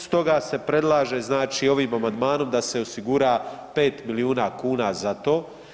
Stoga se predlaže znači ovim amandmanom da se osigura 5 milijuna kuna za to.